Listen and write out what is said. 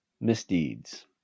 misdeeds